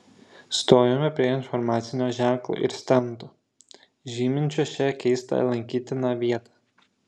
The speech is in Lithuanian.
stojome prie informacinio ženklo ir stendo žyminčio šią keistą lankytiną vietą